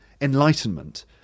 enlightenment